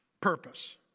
purpose